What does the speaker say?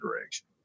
direction